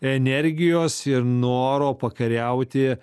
energijos ir noro pakariauti